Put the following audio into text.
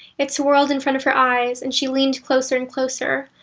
it swirled in front of her eyes, and she leaned closer and closer,